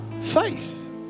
faith